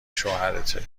شوهرته